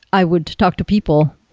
i would talk to people,